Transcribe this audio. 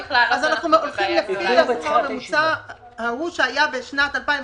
אז אנחנו הולכים לפי השכר הממוצע ההוא שהיה בשנת 2020